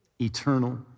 Eternal